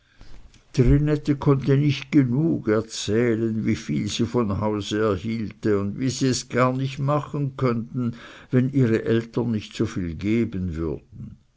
trinette konnte nicht genug erzählen wie viel sie von hause erhielte und wie sie es gar nicht machen könnten wenn ihre eltern nicht so viel geben würden